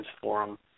Forum